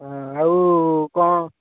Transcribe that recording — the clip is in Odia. ହଁ ଆଉ କ'ଣ